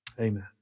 Amen